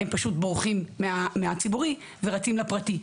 הם פשוט בורחים מהציבורי ורצים לפרטי.